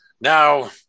Now